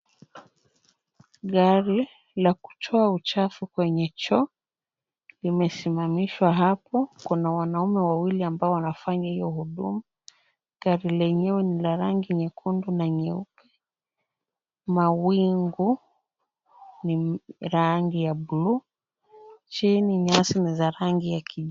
Gari la kutoa uchafu kwenye choo limesimamishwa hapo. Kuna wanaume wawili ambao wanafanya hiyo huduma. Gari lenyewe ni la rangi nyekundu na nyeupe. Mawingu ni rangi ya bluu. Chini nyasi ni za rangi ya kijani.